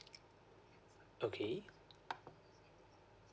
okay